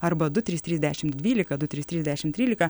arba du trys trys dešim dvylika du trys trys dešim trylika